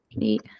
Eight